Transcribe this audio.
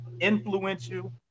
influential